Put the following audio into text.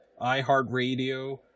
iHeartRadio